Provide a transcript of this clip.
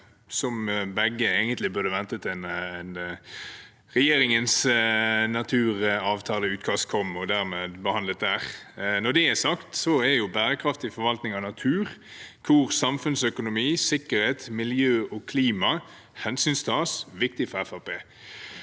burde egentlig ventet til regjeringens naturavtaleutakast kommer, og dermed blitt behandlet der. Når det er sagt, er bærekraftig forvaltning av natur – hvor samfunnsøkonomi, sikkerhet, miljø og klima hensyntas – viktig for